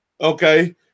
Okay